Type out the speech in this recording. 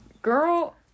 Girl